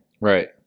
right